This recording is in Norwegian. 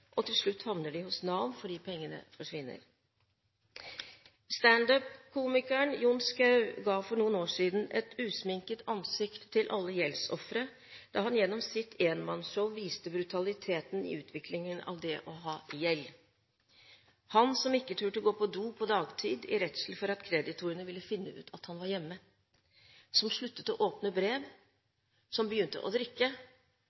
til slutt havner de hos Nav fordi pengene forsvinner. Stand up-komikeren Jon Schau ga for noen år siden et usminket ansikt til alle gjeldsofre da han gjennom sitt enmannsshow viste brutaliteten i utviklingen av det å ha gjeld – han som ikke turte gå på do på dagtid i redsel for at kreditorene ville finne ut at han var hjemme, som sluttet å åpne